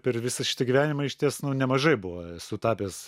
per visą šitą gyvenimą išties nemažai buvo esu tapęs